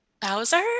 Bowser